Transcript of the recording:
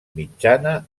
mitjana